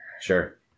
Sure